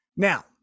Now